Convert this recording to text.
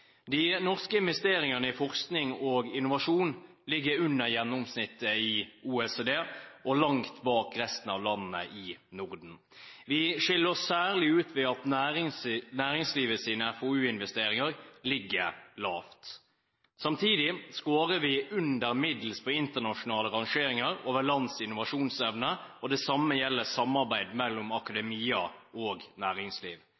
De norske investeringene i forskning og innovasjon ligger under gjennomsnittet i OECD og langt bak resten av landene i Norden. Vi skiller oss særlig ut ved at næringslivets FoU-investeringer ligger lavt. Samtidig scorer vi under middels på internasjonale rangeringer over lands innovasjonsevne. Det samme gjelder samarbeidet mellom